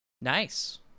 Nice